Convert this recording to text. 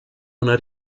una